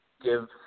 give